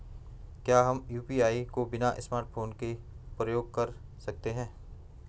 क्या हम यु.पी.आई को बिना स्मार्टफ़ोन के प्रयोग कर सकते हैं?